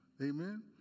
Amen